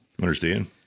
Understand